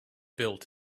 built